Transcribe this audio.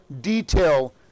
detail